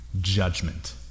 judgment